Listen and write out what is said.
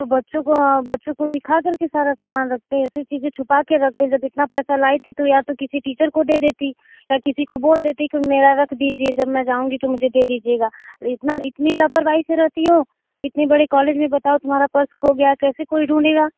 तो बच्चों को बच्चों को दिखा करके सारा समान रखते हैं ऐसी चीजे छुपाकर रखते हैं जब इतना पैसा लाई थी तो या तो किसी टीचर को दे देती या किसी को बोल देती कि मेरा रख दीजिये जब मैं जाउंगी तो मुझे दे दीजियेगा इतना इतनी लापरवाही से रहती हो इतने बड़े कॉलेज में बताओ तुम्हारा पर्स खो गया कैसे कोई ढूंढेगा